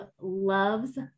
loves